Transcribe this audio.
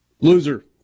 Loser